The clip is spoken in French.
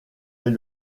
est